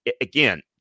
again